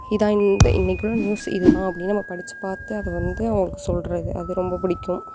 இதான் இந்த இன்னக்கு உள்ள நியூஸ் இது தான் அப்படின்னு நம்ம படிச்சு பார்த்து அதை வந்து அவங்களுக்கு சொல்லுறது அது ரொம்ப பிடிக்கும்